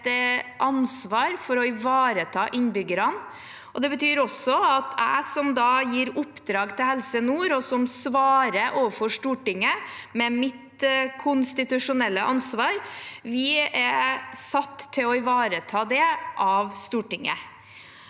har et ansvar for å ivareta innbyggerne. Det betyr også at jeg, som gir oppdrag til Helse Nord, og som svarer overfor Stortinget med mitt konstitusjonelle ansvar, er satt til å ivareta det av Stortinget.